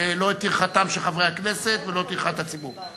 לא את טרחתם של חברי הכנסת ולא את טרחת הציבור.